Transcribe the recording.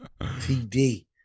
TD